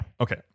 Okay